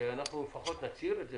שאנחנו לפחות נצהיר פה